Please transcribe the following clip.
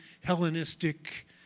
Hellenistic